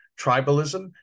Tribalism